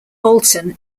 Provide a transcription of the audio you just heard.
alton